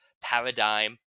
paradigm